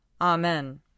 Amen